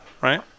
Right